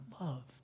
love